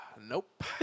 Nope